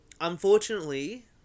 unfortunately